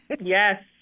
Yes